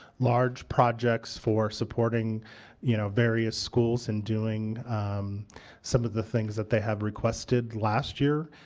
large projects for supporting you know various schools in doing some of the things that they have requested last year.